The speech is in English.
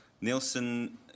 Nielsen